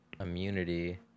immunity